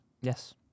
Yes